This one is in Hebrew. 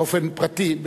באופן פרטני,